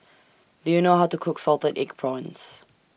Do YOU know How to Cook Salted Egg Prawns